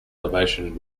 elevation